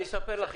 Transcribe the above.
אני אספר לך.